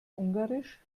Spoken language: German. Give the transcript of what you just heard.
ungarisch